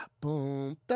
Boom